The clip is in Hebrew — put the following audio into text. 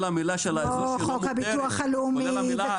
הביטוח הלאומי,